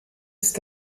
ist